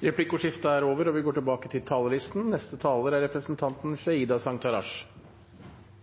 Replikkordskiftet er over. Livet er uforutsigbart, og det håper jeg det er tverrpolitisk enighet om. Særlig knyttet til